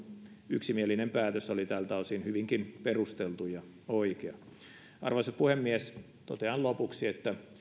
yksimielinen päätös oli tältä osin hyvinkin perusteltu ja oikea arvoisa puhemies totean lopuksi että